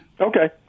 Okay